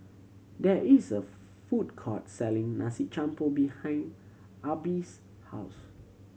there is a food court selling Nasi Campur behind Arbie's house